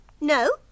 No